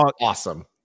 awesome